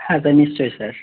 হ্যাঁ স্যার নিশ্চয় স্যার